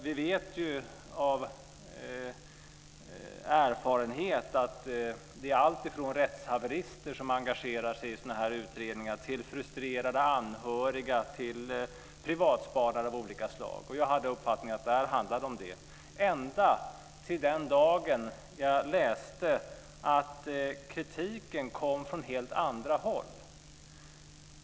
Vi vet av erfarenhet att de som engagerar sig i sådana här utredningar är alltifrån rättshaverister till frustrerade anhöriga och privatspanare av olika slag. Jag hade uppfattningen att det här handlade om det ända till den dag då jag läste att kritiken kom från helt andra håll.